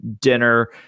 dinner